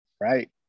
right